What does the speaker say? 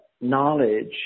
knowledge